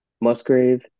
Musgrave